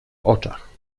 oczach